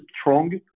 strong